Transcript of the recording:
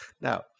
Now